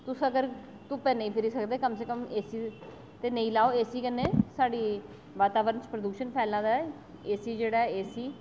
तुस अगर धुप्पा नेईं फिरी सकदे कम से कम एसी ते नेईं लाओ एसी कन्नै साढ़े वातावरण च पोलुशन फैला दा ऐ एसी जेह्ड़ा ऐ एसी